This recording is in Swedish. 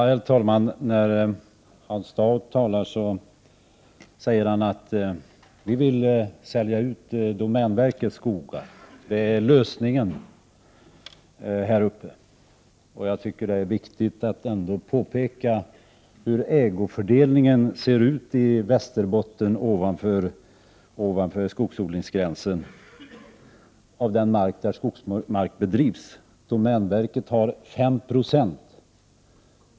Herr talman! Hans Dau säger att ”vi vill sälja ut domänverkets skogar, det är lösningen här uppe”. Jag tycker att det är viktigt att ändå påpeka hur ägofördelningen ser ut i Västerbotten ovanför skogsodlingsgränsen när det gäller den mark där skogsbruk bedrivs. Domänverket har 5 96.